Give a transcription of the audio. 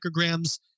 micrograms